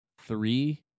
three